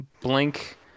Blink